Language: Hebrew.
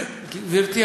זו זילות,